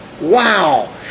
Wow